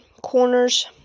Corners